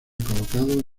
colocados